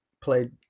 played